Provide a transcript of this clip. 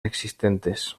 existentes